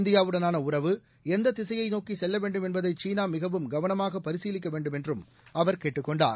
இந்தியாவுடனானஉறவு எந்ததிசையைநோக்கிசெல்லவேண்டும் என்பதைசீனாமிகவும் கவனமாகபரிசீலிக்கவேண்டும் என்றும் அவர் கேட்டுக் கொண்டார்